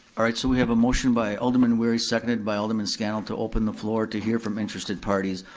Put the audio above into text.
alright, so we have a motion by alderman wery, seconded by alderman scannell, to open the floor to hear from interested parties.